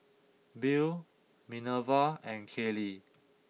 Bill Minerva and Kalie